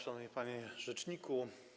Szanowny Panie Rzeczniku!